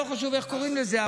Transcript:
לא חשוב איך קוראים לזה.